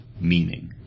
meaning